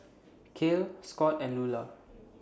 Cael Scott and Lula